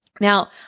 Now